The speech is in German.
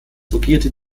fungierte